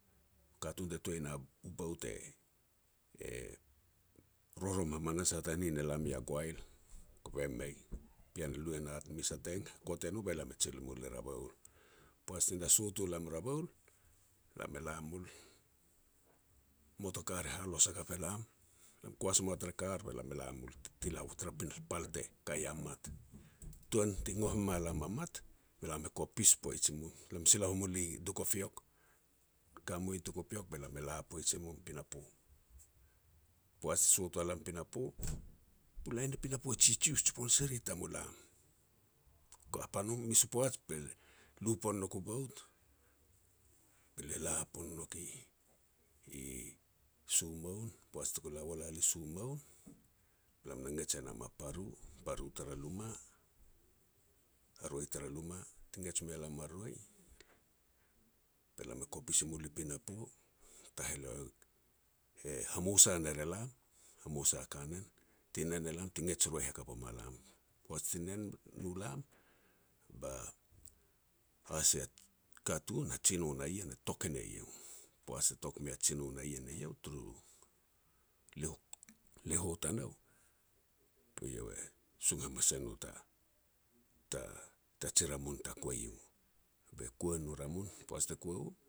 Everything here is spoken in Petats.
Katun te toi na u bout e-e rorom hamanas hat a nin elam ia goail, kove mei. Pean e lu e na mes a teng, hakot e no be lam e jil i mul i Raboul. Poaj ti na sot u lam i Rabaol, be lam e la mul, motorkar e halos hakap e lam. Lam koas moa tara kar be lam e la mul tara pal te ka ia mat. Tuan ti ngoh me malam a mat, be lam e kopis poij i mum. Lam sila wal i Duke of York. Ka mui Duke of York be lam e la poij mum i pinapo. Poaj ti sot ua lam i pinapo, bu lain ri pinapo jijius jipon si ri lam. Kat a no mes u poaj be lia lu pon nouk u bout be lia la pon nouk i-i sumoun. Poaj tuku la wa lan i sumoun be lam na ngets e nam a paru, paru tara luma, a roi tara lama, ti ngets mea lam a roi, be lam kopis i mul i pinapo. Taheleo e hamosa ner e lam, hamosa kanen, ti nen e lam ti ngets roi hakap wa ma lam. Poaj ti nen u lam, ba a sia katun a jino na ien e tok e ne eiau. Poaj te tok mea jino na ien eiau turu liho-liho tanou, be eiau e sung hamas e no ta-ta-ta ji ramun ta kua yu, be kua nu ramun poaj te kua u